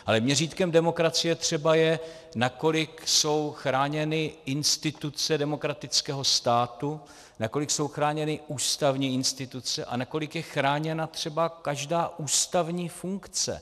Ale měřítkem demokracie třeba je, nakolik jsou chráněny instituce demokratického státu, nakolik jsou chráněny ústavní instituce a nakolik je chráněna třeba každá ústavní funkce.